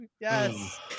Yes